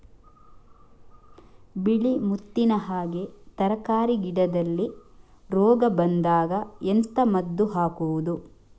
ಬಿಳಿ ಮುತ್ತಿನ ಹಾಗೆ ತರ್ಕಾರಿ ಗಿಡದಲ್ಲಿ ರೋಗ ಬಂದಾಗ ಎಂತ ಮದ್ದು ಹಾಕುವುದು?